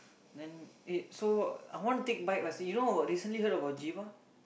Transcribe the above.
then eh so I want to take bike license you know recently heard about Giva